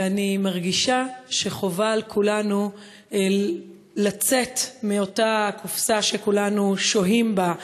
ואני מרגישה שחובה על כולנו לצאת מאותה קופסה שכולנו שוהים בה,